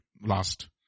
Last